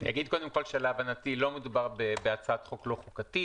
אגיד קודם כול שלהבנתי לא מדובר בהצעת חוק לא חוקתית.